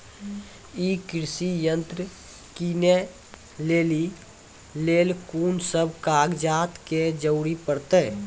ई कृषि यंत्र किनै लेली लेल कून सब कागजात के जरूरी परतै?